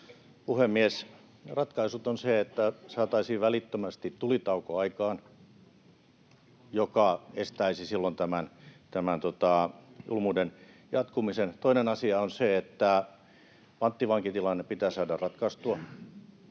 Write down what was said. puhemies! Ratkaisu on se, että saataisiin välittömästi aikaan tulitauko, joka estäisi silloin tämän julmuuden jatkumisen. Toinen asia on se, että panttivankitilanne pitää saada ratkaistua.